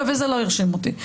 וזה לא הרשים אותי,